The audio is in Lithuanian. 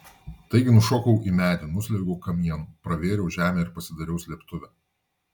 taigi nušokau į medį nusliuogiau kamienu pravėriau žemę ir pasidariau slėptuvę